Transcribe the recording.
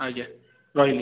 ଆଜ୍ଞା ରହିଲି